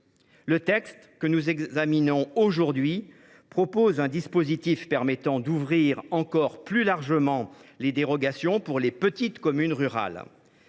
Le texte que nous examinons aujourd’hui vise à mettre en place un dispositif permettant d’ouvrir encore plus largement les dérogations pour les petites communes rurales.